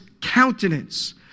countenance